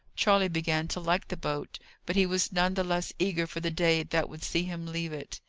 charley began to like the boat but he was none the less eager for the day that would see him leave it.